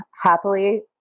happily